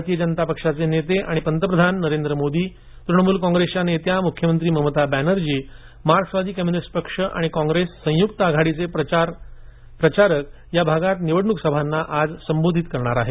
भारतीय जनता पक्षाचे नेते आणि पंतप्रधान नरेंद्र मोदी तृणमूल कॉगेस नेत्या मुख्यमंत्री ममता बॅनर्जीमार्क्सवादी कम्युनिस्ट पक्ष आणि कॉग्रेस संयुक्त आघाडीचे प्रमुख प्रचारक आज याभागात निवडणूक सभांना संबोधित करणार आहेत